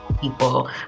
people